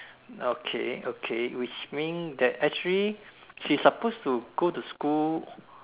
okay okay which means that actually he supposed to go to school